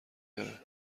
داره